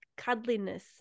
cuddliness